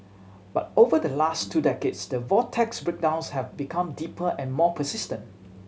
but over the last two decades the vortex's breakdowns have become deeper and more persistent